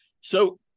So-